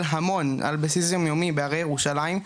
המון על בסיס יום יומי בהרי ירושלים,